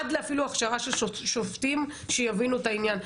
אפילו עד להכשרה של שופטים שיבינו את העניין.